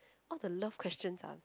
all the love questions ah